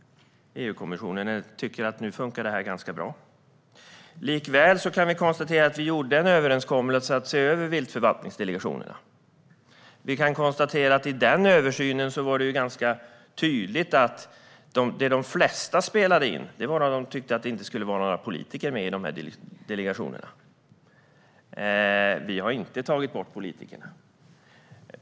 EU-kommissionen tycker nu att detta funkar ganska bra. Likväl kan vi konstatera att vi gjorde en överenskommelse om att se över viltförvaltningsdelegationerna. Vi kan konstatera att det i den översynen var ganska tydligt att de flesta inte tyckte att det skulle vara några politiker med i delegationerna. Vi har inte tagit bort politikerna.